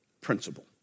principle